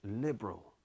liberal